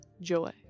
joy